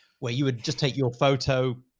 where you would just take your photo.